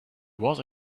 was